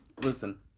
listen